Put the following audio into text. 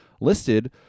listed